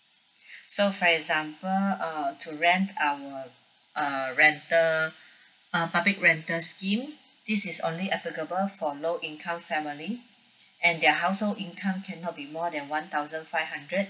so for example uh to rent our uh rental uh public rental scheme this is only applicable for low income family and their household income cannot be more than one thousand five hundred